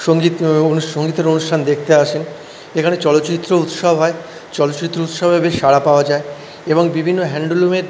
সঙ্গীত সঙ্গীতের অনুষ্ঠান দেখতে আসেন এখানে চলচ্চিত্র উৎসব হয় চলচ্চিত্র উৎসবে বেশ সাড়া পাওয়া যায় এবং বিভিন্ন হ্যান্ডলুমের